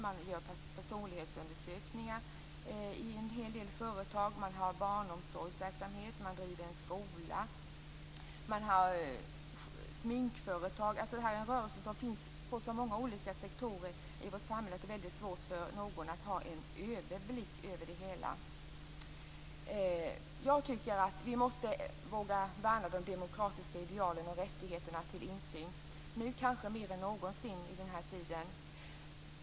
Man gör personlighetsundersökningar i en hel del företag. Man driver barnomsorgsverksamhet och en skola. Man har sminkföretag. Denna rörelse finns på så många olika sektorer i vårt samhälle att det är väldigt svårt att ha en överblick över det hela. Jag tycker att vi måste våga värna de demokratiska idealen och rättigheterna till insyn, nu kanske mer än någonsin.